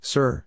Sir